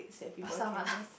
Pasar Malam